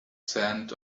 scent